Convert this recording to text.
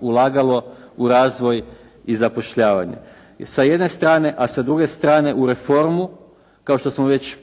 ulagalo u razvoj i zapošljavanje sa jedne strane, a sa druge strane u reformu kao što smo već